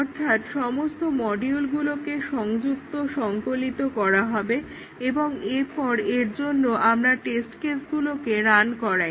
অর্থাৎ সমস্ত মডিউলগুলোকে সংযুক্ত সংকলিত করা হবে এবং এরপর এর জন্য আমরা টেস্ট কেসগুলোকে রান করাই